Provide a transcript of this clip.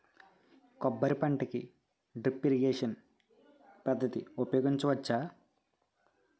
కొబ్బరి పంట కి డ్రిప్ ఇరిగేషన్ పద్ధతి ఉపయగించవచ్చా?